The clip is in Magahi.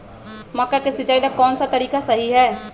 मक्का के सिचाई ला कौन सा तरीका सही है?